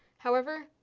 however,